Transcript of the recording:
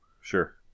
Sure